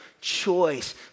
choice